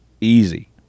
Easy